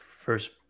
first